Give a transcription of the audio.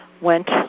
went